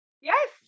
Yes